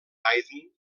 haydn